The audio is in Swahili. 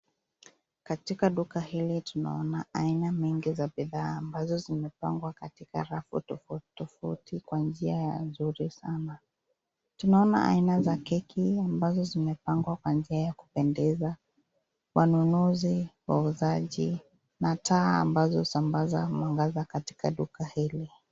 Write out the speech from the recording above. Katika duka hili tunaona aina mingi za bidhaa ambazo zimepangwa katika rafu tofauti tofauti kwa njia nzuri sana. Tunaona aina ya keki ambazo zimepangwa kwa njia ya kupendeza. Wanunuzi, wauzaji na taa ambazo husambasa mwangaza katika duka hili.